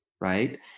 right